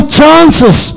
chances